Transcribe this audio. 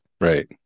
Right